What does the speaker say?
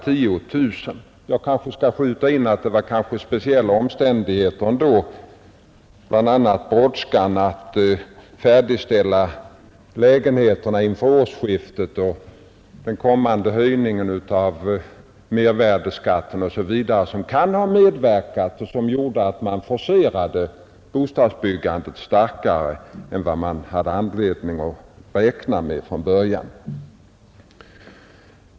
Jag skall skjuta in att speciella omständigheter — bl.a. brådskan att färdigställa lägenheterna inför årsskiftet, den kommande höjningen av mervärdeskatten — kan ha medverkat till att färdigstäl landet forcerades starkare än man hade anledning att räkna med från början.